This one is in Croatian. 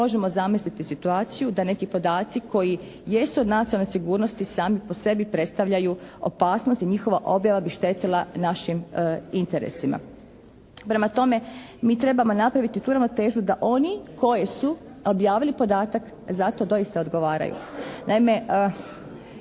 možemo zamisliti situaciju da neki podaci koji jesu od nacionalne sigurnosti sami po sebi predstavljaju opasnost i njihova objava bi štetila našim interesima. Prema tome, mi trebamo napraviti tu ravnotežu da oni koji su objavili podatak zato doista i odgovaraju.